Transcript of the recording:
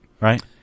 right